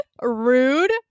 rude